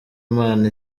imana